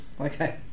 Okay